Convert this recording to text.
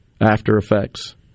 after-effects